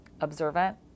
observant